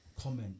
comment